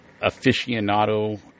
aficionado